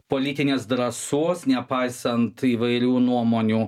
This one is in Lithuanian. politinės drąsos nepaisant įvairių nuomonių